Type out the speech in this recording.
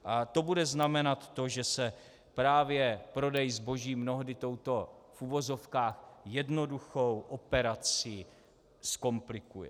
A to bude znamenat to, že se právě prodej zboží mnohdy touto v uvozovkách jednoduchou operací zkomplikuje.